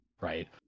right